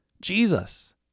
Jesus